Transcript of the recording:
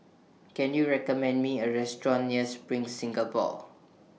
Can YOU recommend Me A Restaurant near SPRING Singapore